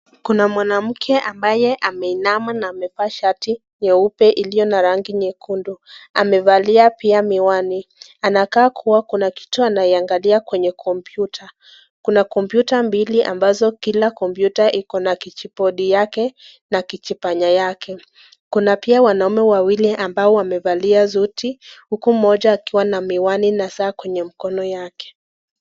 Kuna mwanamke ambaye ameinama na amevaa shati nyeupe ilio na rangi nyekundu. Amevalia pia miwani. Anakaa kuwa kuna kitu anaiangalia kwenye kompyuta. Kuna kompyuta mbili ambazo kila kompyuta ikona kijipodi yake na kijipanya yake. Kuna pia wanaume wawili ambao wamevalia suti huku mmoja akiwa na miwani na saa kwenye mkono yake.